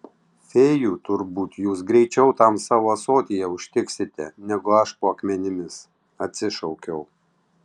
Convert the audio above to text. fėjų turbūt jūs greičiau tam savo ąsotyje užtiksite negu aš po akmenimis atsišaukiau